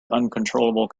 uncontrollable